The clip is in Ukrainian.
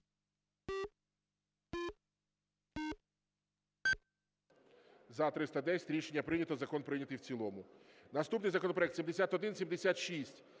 За-310 Рішення прийнято. Закон прийнятий в цілому. Наступний законопроект 7176.